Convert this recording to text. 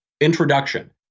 introduction